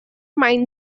mind